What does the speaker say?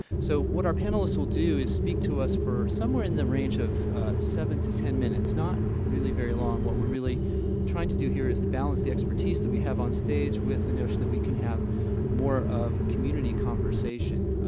so what our panelists will do is speak to us for somewhere in the range of seven to ten minutes, not really very long. what we're really trying to do here is to balance the expertise that we have on stage with the notion that we can have more of community conversation.